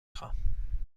خوام